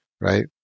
Right